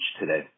today